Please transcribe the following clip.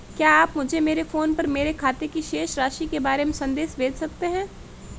क्या आप मुझे मेरे फ़ोन पर मेरे खाते की शेष राशि के बारे में संदेश भेज सकते हैं?